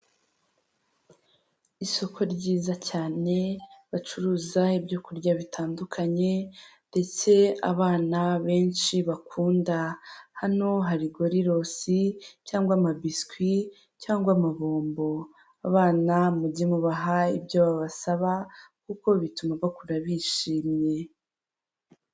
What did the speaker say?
Isoko ryiza cyane bacuruza ibyo kurya bitandukanye ndetse abana benshi bakunda hano hari goriiosi cyangwa amabiswi cyangwa amabombo abana mujye mubaha ibyo babasaba kuko bituma bakura bishimye.